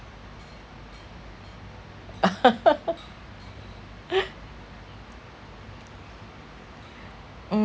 mm